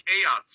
chaos